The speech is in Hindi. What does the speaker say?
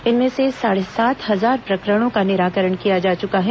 इनमें से साढ़े सात हजार प्रकरणों का निराकरण किया जा चुका है